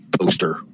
poster